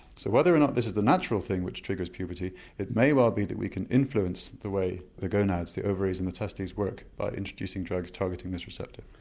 so whether or not this is a natural thing which triggers puberty it may well be that we can influence the way the gonads, the ovaries and the testes work by introducing drugs targetting this receptor.